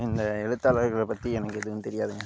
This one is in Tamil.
இந்த எழுத்தாளர்கள பற்றி எனக்கு எதுவும் தெரியாதுங்க